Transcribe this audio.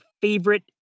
favorite